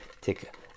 take